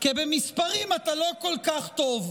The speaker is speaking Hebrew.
כי במספרים אתה לא כל כך טוב.